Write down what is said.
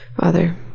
father